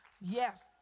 Yes